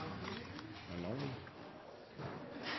er lang